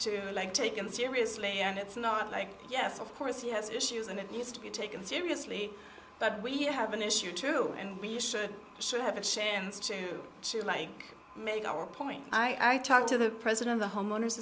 to like taken seriously and it's not like yes of course he has issues and it needs to be taken seriously but we have an issue to and we should should have a chance to like make our point i talked to the president the homeowners